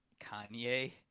Kanye